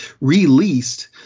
released